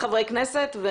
חברי כנסת.